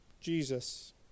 Jesus